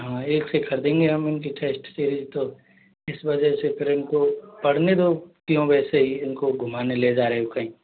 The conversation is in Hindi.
हाँ एक से कर देंगे हम इनके टेस्ट सीरीज तो इस वजह से फिर इनको पढ़ने दो क्यों वैसे ही इनको घुमाने ले जा रहे हो कहीं